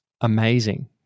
amazing